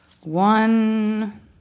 One